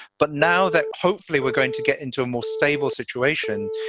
but now that hopefully we're going to get into a more stable situation,